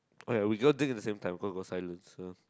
oh ya we go dig in the same time cause got silence so